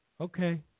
Okay